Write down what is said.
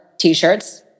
t-shirts